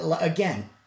again